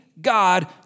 God